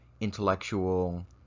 intellectual